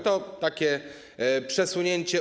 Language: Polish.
To takie przesunięcie.